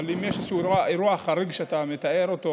אבל אם יש איזשהו אירוע חריג כפי שאתה מתאר אותו,